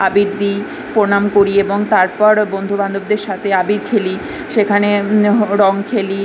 আবির দিই প্রণাম করি এবং তারপর বন্ধুবান্ধবদের সাথে আবির খেলি সেখানে রং খেলি